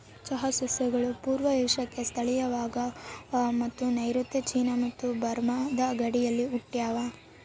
ಚಹಾ ಸಸ್ಯಗಳು ಪೂರ್ವ ಏಷ್ಯಾಕ್ಕೆ ಸ್ಥಳೀಯವಾಗವ ಮತ್ತು ನೈಋತ್ಯ ಚೀನಾ ಮತ್ತು ಬರ್ಮಾದ ಗಡಿಯಲ್ಲಿ ಹುಟ್ಟ್ಯಾವ